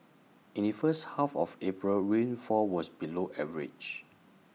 in the first half of April rainfall was below average